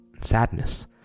sadness